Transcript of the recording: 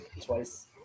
Twice